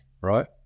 Right